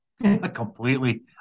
completely